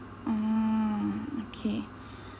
oh okay